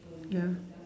ya